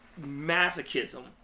masochism